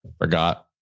Forgot